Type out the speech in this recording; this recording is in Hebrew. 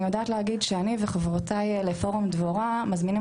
אני יודעת להגיד שאני וחברותיי לפורום דבורה מזמינים